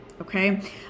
okay